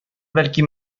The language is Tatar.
бәлки